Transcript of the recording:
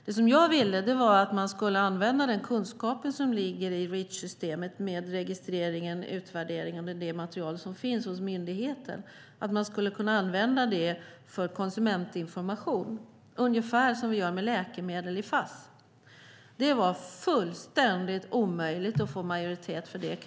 Det som jag ville var att man skulle använda den kunskap som finns i Reachsystemet med registreringen, utvärderingen och det material som finns hos myndigheten för konsumentinformation, ungefär som vi gör med läkemedel i Fass. Det var fullständigt omöjligt att få majoritet för det.